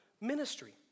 ministry